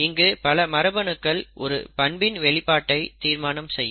இங்கு பல மரபணுக்கள் ஒரு பண்பின் வெளிப்பாட்டை தீர்மானம் செய்யும்